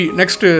next